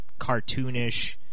cartoonish